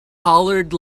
hollered